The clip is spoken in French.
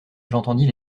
j’entendis